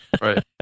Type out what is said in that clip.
right